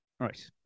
Right